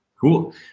Cool